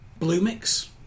Bluemix